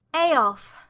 eyolf!